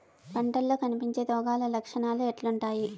పంటల్లో కనిపించే రోగాలు లక్షణాలు ఎట్లుంటాయి?